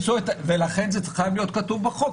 ולכן זה חייב להיות כתוב בחוק,